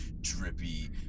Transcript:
drippy